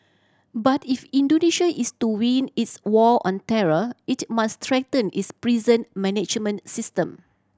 but if Indonesia is to win its war on terror it must strengthen its prison management system